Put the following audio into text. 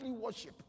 worship